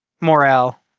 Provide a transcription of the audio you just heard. morale